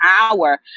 hour